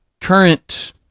current